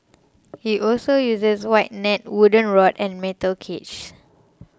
he also uses wide nets wooden rod and metal cages